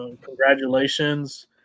congratulations